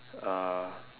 uh